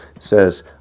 says